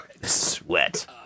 Sweat